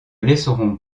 laisserons